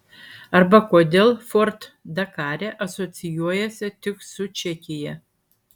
arba kodėl ford dakare asocijuojasi tik su čekija